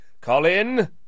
Colin